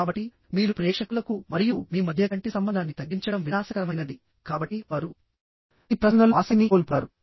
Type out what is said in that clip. కాబట్టి మీరు ప్రేక్షకులకు మరియు మీ మధ్య కంటి సంబంధాన్ని తగ్గించడం వినాశకరమైనది కాబట్టి వారు మీ ప్రసంగంలో ఆసక్తిని కోల్పోతారు